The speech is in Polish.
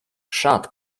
szat